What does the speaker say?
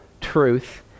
truth